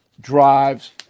drives